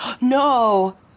No